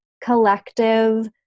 collective